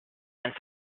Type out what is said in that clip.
and